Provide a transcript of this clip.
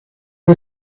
who